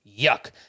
Yuck